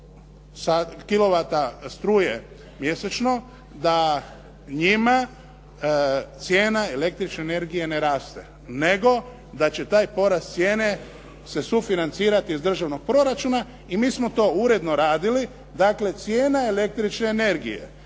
struje mjesečno da njima cijena električne energije ne raste nego da će taj porast cijene se sufinancirati iz državnog proračuna i mi smo to uredno radili. Dakle, cijena električne energije